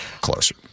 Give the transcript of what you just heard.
closer